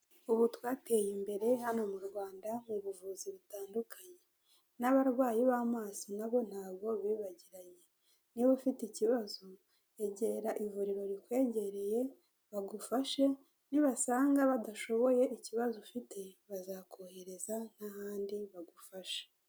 Ubu twateye imbere hano mu Rwanda mu buvuzi butandukanye, n'abarwayi b'amaso nabo ntabwo bibagiranye, niba ufite ikibazo egera ivuriro rikwengereye bagufashe nibasanga badashoboye ikibazo ufite, bazakohereza n'ahandi bagufashe.